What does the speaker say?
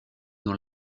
dans